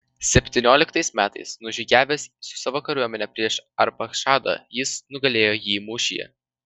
septynioliktais metais nužygiavęs su savo kariuomene prieš arpachšadą jis nugalėjo jį mūšyje